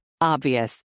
Obvious